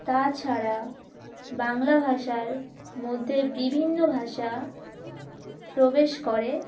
তাছাড়া বাংলা ভাষার মধ্যে বিভিন্ন ভাষা প্রবেশ করে